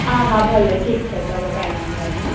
હા હા ભલે ઠીક છે ચલો કાંઇ વાંધો નઇ હો